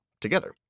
together